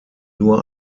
nur